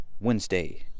Wednesday